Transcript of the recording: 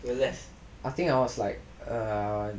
I think I was like err